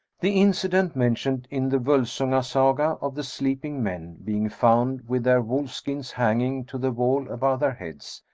the incident mentioned in the volsunga saga, of the sleeping men being found with their wolf-skins hanging to the wall above their heads,